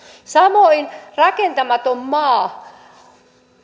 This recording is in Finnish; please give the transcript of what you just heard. samoin rakentamaton maa